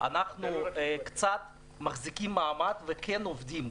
אנחנו קצת מחזיקים מעמד וכן עובדים.